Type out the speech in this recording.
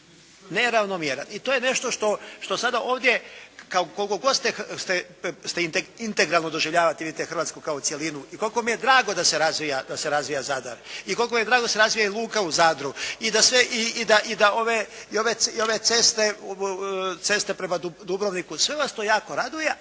Neravnomjeran. I to je nešto što sada ovdje koliko god ste, integralno doživljavate vidite Hrvatsku kao cjelinu. I koliko mi je drago da se razvija Zadar i koliko mi je drago da se razvija i luka u Zadru i da sve, i da ove ceste prema Dubrovniku, sve nas to jako raduje